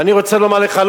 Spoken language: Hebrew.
ואני רוצה לומר לך,